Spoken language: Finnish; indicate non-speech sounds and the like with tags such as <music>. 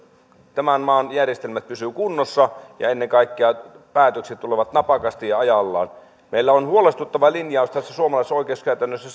tämän maan järjestelmät pysyvät kunnossa ja ennen kaikkea päätökset tulevat napakasti ja ajallaan meillä on huolestuttava linjaus suomalaisessa oikeuskäytännössä <unintelligible>